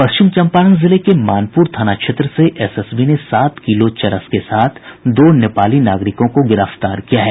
पश्चिम चम्पारण जिले के मानपुर थाना क्षेत्र से एसएसबी ने सात किलो चरस के साथ दो नेपाली नागरिकों को गिरफ्तार किया है